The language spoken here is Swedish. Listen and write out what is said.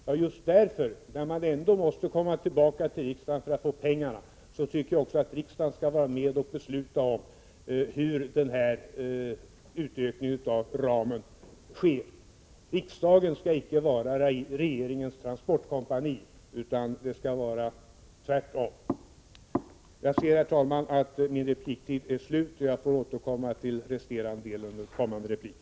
Ja, just därför att regeringen måste komma tillbaka till riksdagen för att få pengarna tycker jag också att riksdagen skall besluta om hur utökningen av ramarna skall ske. Riksdagen skall inte vara regeringens transportkompani, utan det skall vara tvärtom. Jag ser, herr talman, att min repliktid är slut, och jag får därför återkomma med ytterligare en replik.